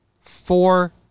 Four